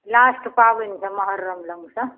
last पाबनि छै मोहर्रम तऽ